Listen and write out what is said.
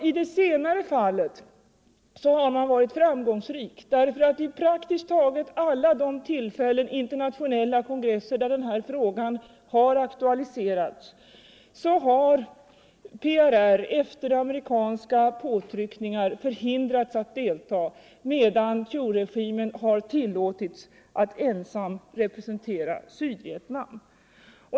I det senare fallet har man varit framgångsrik, ty vid praktiskt taget alla de internationella kongresser där denna fråga aktualiserats har PRR efter amerikanska påtryckningar förhindrats delta medan Thieuregimen har tillåtits att ensam representera Sydvietnam.